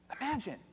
Imagine